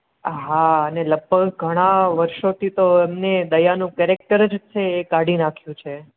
હાં ને લગભગ ઘણાં વર્ષોથી એમણે દયાનું કેરેક્ટર જ છે એ કાઢી નાખ્યું છે